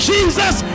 Jesus